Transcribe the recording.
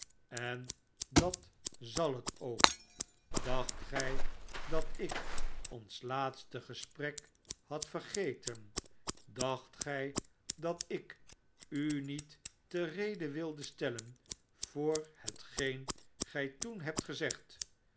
en dat zal het ook dacht gij dat ik ons laatste gesprek had vergeten dacht gij dat ik u niet te rede wilde stellen voor hetgeen gij toen hebt gezegd